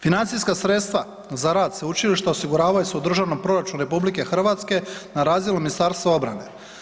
Financijska sredstva za rad sveučilišta osiguravaju se u Državnom proračunu RH na razini Ministarstva obrane.